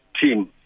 team